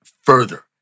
further